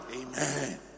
Amen